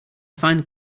find